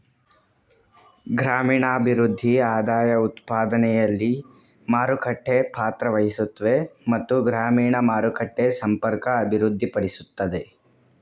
ಗ್ರಾಮೀಣಭಿವೃದ್ಧಿ ಆದಾಯಉತ್ಪಾದನೆಲಿ ಮಾರುಕಟ್ಟೆ ಪಾತ್ರವಹಿಸುತ್ವೆ ಮತ್ತು ಗ್ರಾಮೀಣ ಮಾರುಕಟ್ಟೆ ಸಂಪರ್ಕ ಅಭಿವೃದ್ಧಿಪಡಿಸ್ತದೆ